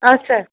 اچھا